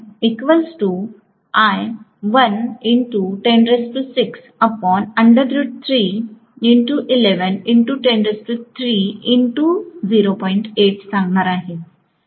I am going to have very clearly जेव्हा कि इथे इंडक्शन मशीनच्या बाबतीत मी अगदी स्पष्टपणे सांगणार आहे